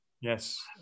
yes